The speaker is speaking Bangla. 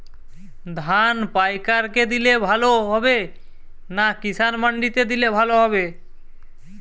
ধান পাইকার কে দিলে ভালো হবে না কিষান মন্ডিতে দিলে ভালো হবে?